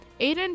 Aiden